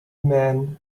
men